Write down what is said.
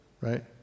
right